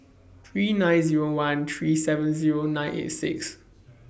three nine Zero one three seven Zero nine eight six